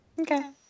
Okay